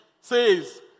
says